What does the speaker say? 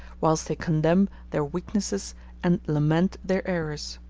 whilst they condemn their weaknesses and lament their errors.